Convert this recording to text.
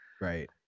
right